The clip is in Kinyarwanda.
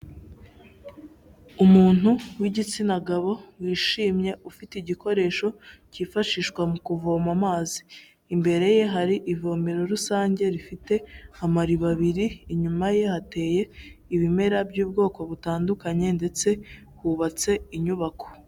Umuntu w'igitsina gabo wishimye ufite igikoresho cyifashishwa mu kuvoma amazi, imbere ye hari ivomero rusange rifite amariba abiri, inyuma ye hateye ibimera by'ubwoko butandukanye ndetse hubatse inyubako.